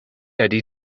ydy